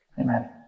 Amen